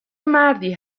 مردی